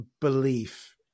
belief